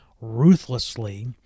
ruthlessly